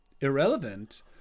irrelevant